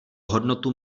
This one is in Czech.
hodnotu